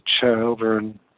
children